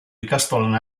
ikastolan